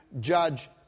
judge